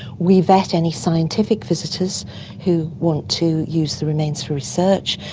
we vet any scientific visitors who want to use the remains for research.